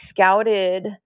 scouted